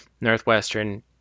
Northwestern